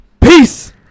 Peace